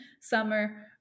summer